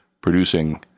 producing